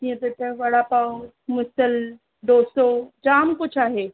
जीअं त हिते वड़ा पाव मिसल डोसो जाम कुझु आहे